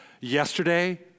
yesterday